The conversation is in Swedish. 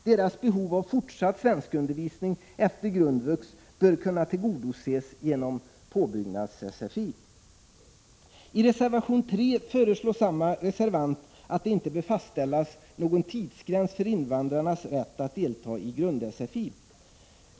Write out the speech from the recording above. Deras behov av fortsatt svenskundervisning efter grundvux bör kunna tillgodoses genom påbyggnads-sfi. I reservation 3 föreslår samma reservant att det inte bör fastställas någon tidsgräns för invandrarnas rätt att delta i grund-sfi.